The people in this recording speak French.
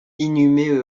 inhumé